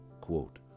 Quote